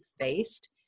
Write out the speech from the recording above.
faced